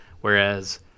whereas